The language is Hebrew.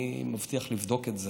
אני מבטיח לבדוק את זה